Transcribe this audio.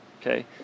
okay